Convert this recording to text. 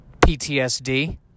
PTSD